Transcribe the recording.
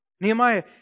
Nehemiah